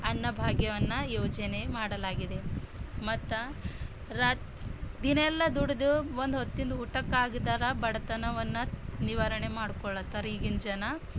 ಅನ್ನ ಭಾಗ್ಯವನ್ನು ಯೋಜನೆ ಮಾಡಲಾಗಿದೆ ಮತ್ತು ರಾ ದಿನವೆಲ್ಲ ದುಡ್ದು ಒಂದು ಹೊತ್ತಿಂದು ಊಟಕ್ಕಾಗ್ದರ ಬಡತನವನ್ನು ನಿವಾರಣೆ ಮಾಡ್ಕೊಳ್ಳತ್ತಾರ ಈಗಿನ ಜನ